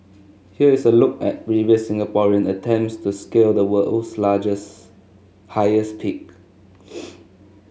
here is a look at previous Singaporean attempts to scale the world's largest peak